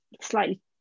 slightly